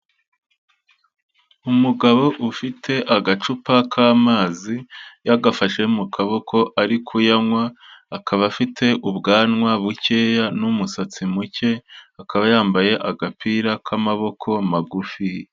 Umugabo ufite agacupa k'amazi yagafashe mu kaboko ari kuyanywa, akaba afite ubwanwa bukeya n'umusatsi muke, akaba yambaye agapira k'amaboko magufi.